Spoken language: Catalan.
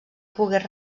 pogués